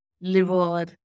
liver